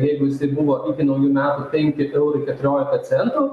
jeigu jisai buvo iki naujų metų penki eurų keturiolika centų